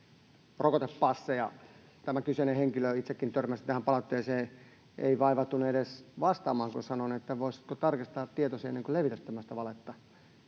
rokotepasseja. Tämä kyseinen henkilö — itsekin törmäsin tähän palautteeseen — ei vaivautunut edes vastaamaan, kun sanoin, että voisitko tarkistaa tietosi ennen kuin levität tämmöistä valetta.